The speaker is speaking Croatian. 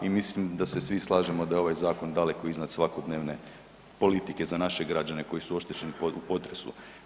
I mislim da se svi slažemo da je ovaj zakon daleko iznad svakodnevne politike za naše građane koji su oštećeni u potresu.